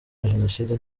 jenoside